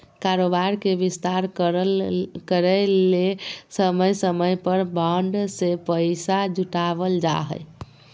कारोबार के विस्तार करय ले समय समय पर बॉन्ड से पैसा जुटावल जा हइ